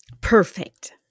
perfect